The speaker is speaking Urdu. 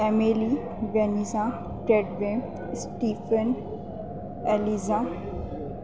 Emily Venza Tedway Stephen ELIZA